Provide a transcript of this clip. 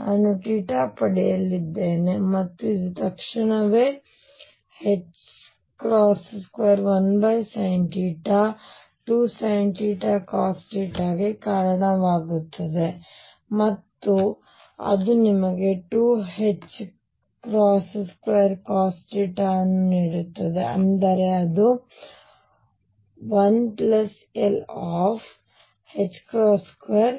ನಾನು ಪಡೆಯಲಿದ್ದೇನೆ ಮತ್ತು ಇದು ತಕ್ಷಣವೇ ℏ21sinθ2sinθcos θ ಗೆ ಕಾರಣವಾಗುತ್ತದೆ ಮತ್ತು ಅದು ನಿಮಗೆ 2ℏ2cos θಅನ್ನು ನೀಡುತ್ತದೆ ಅಂದರೆ ಅದು 1l2cos θ